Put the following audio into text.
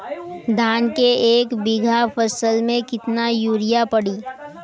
धान के एक बिघा फसल मे कितना यूरिया पड़ी?